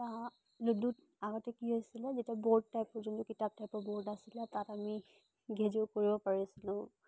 লুডুত আগতে কি হৈছিলে যেতিয়া বোৰ্ড টাইপৰ যোনটো কিতাপ টাইপৰ বোৰ্ড আছিলে তাত আমি গেজু কৰিব পাৰিছিলোঁ